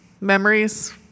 memories